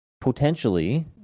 potentially